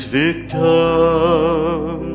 victim